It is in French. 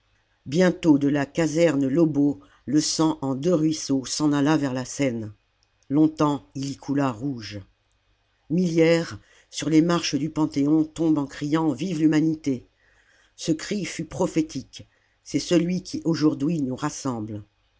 bientôt de la caserne lobeau le sang en deux ruisseaux s'en alla vers la seine longtemps il y coula rouge millière sur les marches du panthéon tombe en criant vive l'humanité ce cri fut prophétique c'est celui qui aujourd'hui nous rassemble